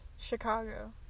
Chicago